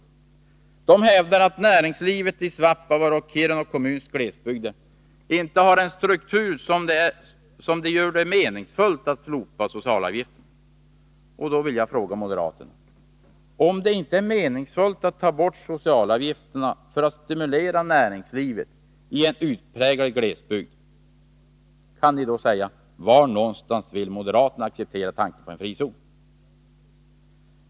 Moderaterna hävdar att näringslivet i Svappavaara och Kiruna kommuns glesbygder inte har en struktur som gör det meningsfullt att helt slopa socialavgifterna. Då vill jag fråga: Om det inte är meningsfullt att ta bort socialavgifterna för att stimulera näringslivet i en utpräglad glesbygd, var någonstans vill då moderaterna acceptera tanken på en frizon?